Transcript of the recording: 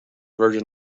virgin